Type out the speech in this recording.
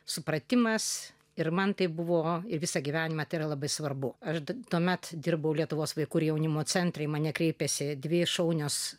supratimas ir man tai buvo ir visą gyvenimą tėra labai svarbu aš tuomet dirbau lietuvos vaikų ir jaunimo centre į mane kreipėsi dvi šaunios